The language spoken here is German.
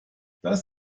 das